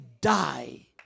die